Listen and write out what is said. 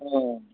अँ